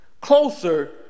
closer